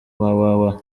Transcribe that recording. www